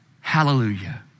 hallelujah